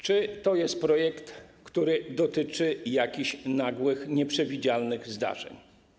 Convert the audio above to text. Czy to jest projekt, który dotyczy jakichś nagłych, nieprzewidzianych zdarzeń?